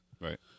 Right